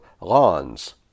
lawns